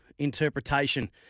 interpretation